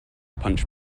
punch